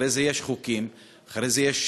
ואחרי זה יש חוקים ואחרי זה,